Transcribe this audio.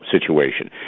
situation